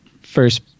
first